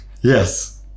Yes